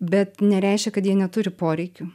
bet nereiškia kad jie neturi poreikių